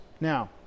Now